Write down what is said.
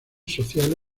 social